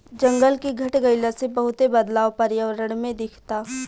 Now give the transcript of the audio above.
जंगल के घट गइला से बहुते बदलाव पर्यावरण में दिखता